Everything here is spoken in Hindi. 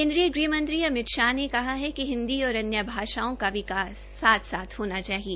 केन्द्रीय गृह मंत्री अमित शाह ने कहा है कि हिन्दी और अन्य भाषाओं का विकास साथ साथ होना चाहिए